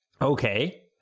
Okay